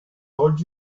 told